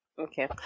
okay